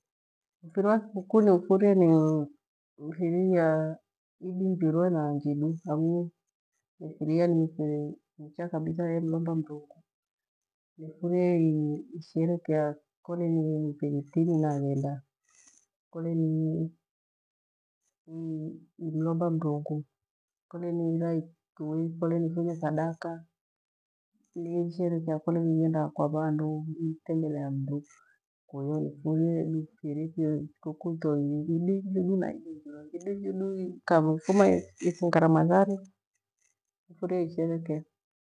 Mfiri wa thikukuu niufure ni mfiri wa Idi, njirwe na njili hang'u mifiri iya ni mfiri micha kabitha yamromba mrungu. Nifure isherekea kole ni mthikifinyi naghenda kole ni- nimlomba mrungu, kole ni ihira kui kole ni ifunya thadaka, nisherekea kole ni ighenda kwa vandu, itembelea mru kuya nifune isherekea thikukuu to kuyo Idi njidu na njrwa idi njidu ikamifuma ifunga Ramadhani, nifurie isherekea.